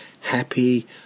happy